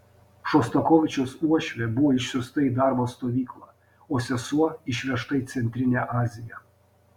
šostakovičiaus uošvė buvo išsiųsta į darbo stovyklą o sesuo išvežta į centrinę aziją